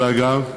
אלא גם,